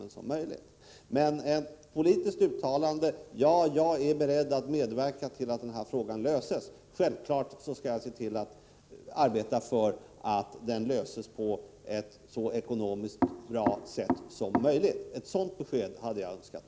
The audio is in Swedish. Men jag hade önskat mig ett politiskt uttalande om att statsrådet är beredd att medverka till att denna fråga löses, självklart på ett så ekonomiskt bra sätt som möjligt.